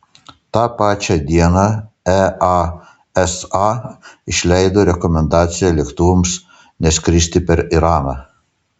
tą pačią dieną easa išleido rekomendaciją lėktuvams neskristi per iraną